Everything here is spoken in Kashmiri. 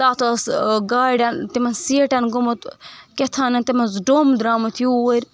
تتھ اوس گاڑٮ۪ن تِمن سیٖٹن گوٚومُت کیٚنٛہہ تامَتھ تِمن اوس ڈوٚم درٛامُت یوٗرۍ